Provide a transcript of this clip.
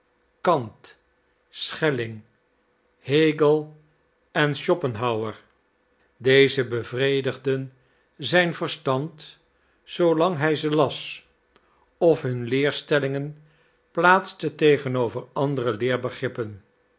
kant schelling hegel en schopenhauer deze bevredigden zijn verstand zoolang hij ze las of hun leerstellingen plaatste tegenover andere